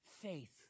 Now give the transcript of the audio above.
faith